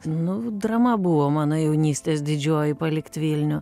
nu drama buvo mano jaunystės didžioji palikt vilnių